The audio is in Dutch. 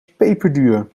peperduur